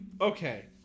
Okay